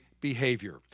behavior